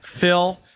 Phil